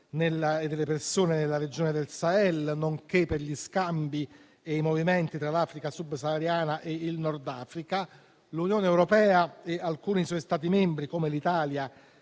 e delle persone nella regione del Sahel, nonché per gli scambi e i movimenti tra l'Africa subsahariana e il Nord Africa. L'Unione europea e alcuni suoi Stati membri, come l'Italia,